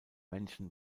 menschen